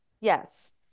Yes